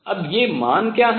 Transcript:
अब ये मान क्या हैं